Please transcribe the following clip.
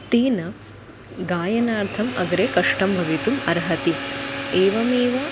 तेन गायनार्थम् अग्रे कष्टं भवितुम् अर्हति एवमेव